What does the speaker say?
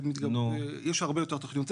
יש הרבה יותר תוכניות.